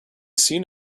seen